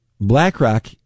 BlackRock